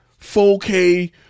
4K